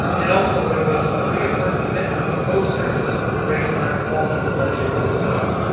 and also there was a reaffirmed commitment to the go service right to niagara falls in the budget as well.